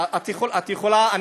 את יכולה גם.